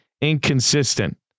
inconsistent